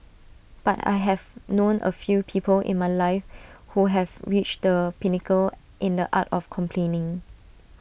but I have known A few people in my life who have reached the pinnacle in the art of complaining